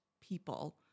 people